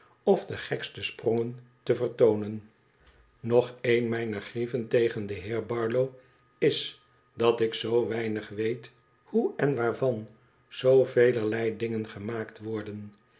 of de gekste sprongen te vertoonen nog een mijner grieven tegen den heer barlow is dat ik zoo weinig weet hoe en waarvan zoo velerlei dingen gemaakt worden